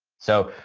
so,